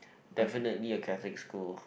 definitely a Catholic school